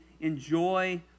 enjoy